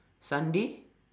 sunday